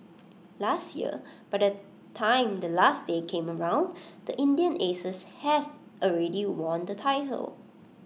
last year by the time the last day came around the Indian Aces had already won the title